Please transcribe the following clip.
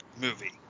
movie